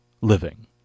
living